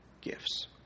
gifts